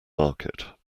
market